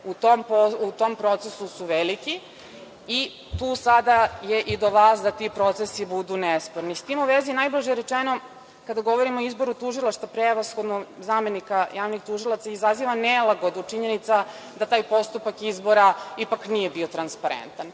u tom procesu su veliki i tu sada je i do vas da ti procesi budu nesporni.S tim uvezi najblaže rečeno, kada govorimo o izboru tužilaštva, prevashodnom zamenika javnih tužilaca izaziva nelagodu činjenica da taj postupak izbora ipak nije bio transparentan.